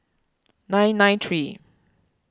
nine nine three